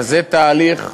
זה תהליך ארוך.